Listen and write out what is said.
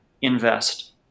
invest